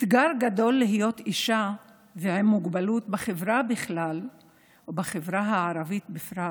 זה אתגר גדול להיות אישה עם מוגבלות בחברה בכלל ובחברה הערבית בפרט,